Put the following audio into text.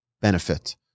benefit